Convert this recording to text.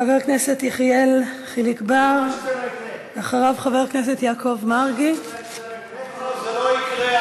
חבר הכנסת יחיאל חיליק בר, מי אמר שזה לא יקרה?